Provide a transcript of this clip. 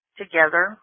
together